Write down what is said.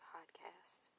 Podcast